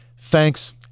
Thanks